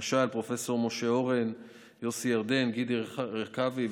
למשל פרופ' משה אורן, יוסי ירדן, גידי הרכבי.